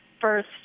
first